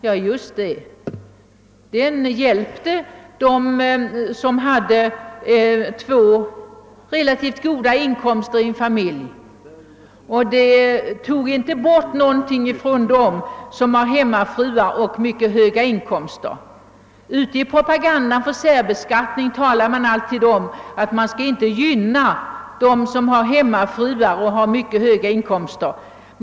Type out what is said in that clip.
Ja, just det; den hjälpte de familjer som har två relativt goda inkomster och tog inte bort någonting från familjer med hemmafru och endast en hög inkomst. I propagandan för särbeskattningen talar man alltid om att man inte skall gynna höga inkomsttagare med hemmafruar.